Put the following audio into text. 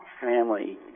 family